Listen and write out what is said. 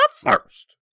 first